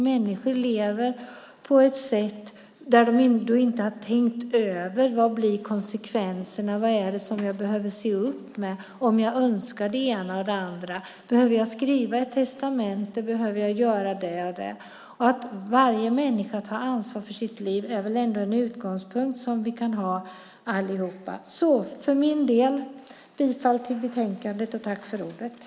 Människor lever utan att ha tänkt över vad konsekvenserna kan bli och vad man behöver se upp med. Om jag önskar något visst, behöver jag då skriva ett testamente eller göra något annat? Att varje människa tar ansvar för sitt liv är väl ändå en utgångspunkt som vi alla kan ha. För min del yrkar jag bifall till utskottets förslag.